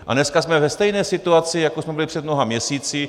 A dneska jsme ve stejné situaci, jako jsme byli před mnoha měsíci.